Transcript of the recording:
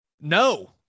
no